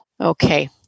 Okay